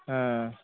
ಹಾಂ